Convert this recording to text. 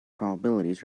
probabilities